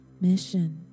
mission